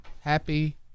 Happy